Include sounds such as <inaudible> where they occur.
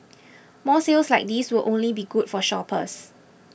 <noise> more sales like these will only be good for shoppers